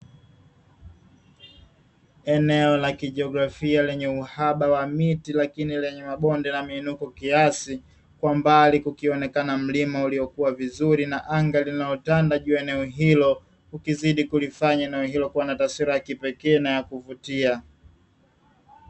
Eneo la kijiografia lenye uhaba wa miti lakini lenye mabonde na miinuko kiasi, kwa mbali kukionekana mlima uliokua vizuri na anga linalo tanda juu ya eneo hilo, likizidi kulifanya eneo hilo kua na taswira ya kipekee na ya kuvutia.